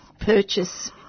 purchase